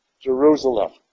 Jerusalem